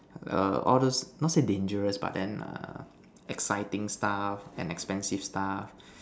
err all those not say dangerous but then exciting stuff and expensive stuff